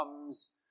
comes